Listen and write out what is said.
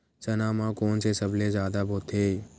चना म कोन से सबले जादा होथे?